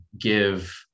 give